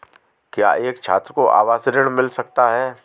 क्या एक छात्र को आवास ऋण मिल सकता है?